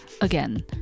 again